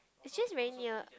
it's just very near